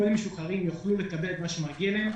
יקבל את מה שמגיע לו.